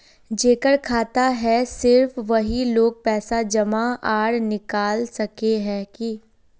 जेकर खाता है सिर्फ वही लोग पैसा जमा आर निकाल सके है की?